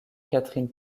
catherine